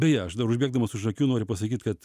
beje aš dar užbėgdamas už akių noriu pasakyt kad